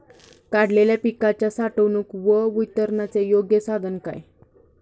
काढलेल्या पिकाच्या साठवणूक व वितरणाचे योग्य साधन काय?